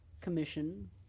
commission